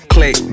Click